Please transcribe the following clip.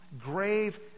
grave